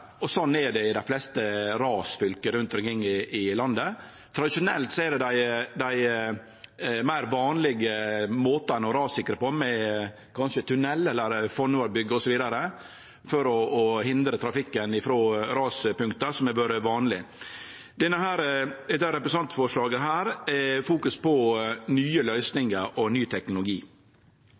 og sånn er det i dei fleste rasfylka rundt omkring i landet. Tradisjonelt er det dei meir vanlege måtane å rassikre på, kanskje med tunnel, fonnoverbygg osv. for å hindre trafikken frå raspunkta, som har vore vanleg. Dette representantforslaget fokuserer på nye løysingar og ny teknologi.